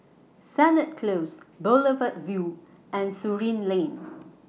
Sennett Close Boulevard Vue and Surin Lane